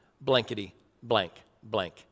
blankety-blank-blank